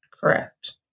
correct